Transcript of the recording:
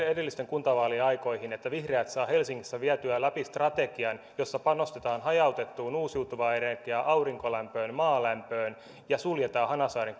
edellisten kuntavaalien aikoihin että vihreät saavat helsingissä vietyä läpi strategian jossa panostetaan hajautettuun uusiutuvaan energiaan aurinkolämpöön maalämpöön ja suljetaan hanasaaren